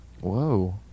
Whoa